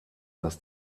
das